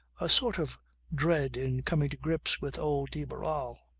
a sort of dread in coming to grips with old de barral.